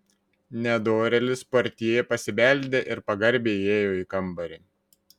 nedorėlis portjė pasibeldė ir pagarbiai įėjo į kambarį